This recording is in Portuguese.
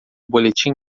boletim